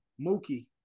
Mookie